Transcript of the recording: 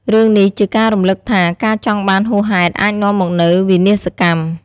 រឿងនេះជាការរំលឹកថា ការចង់បានហួសហេតុអាចនាំមកនូវវិនាសកម្ម។